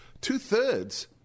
Two-thirds